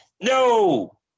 No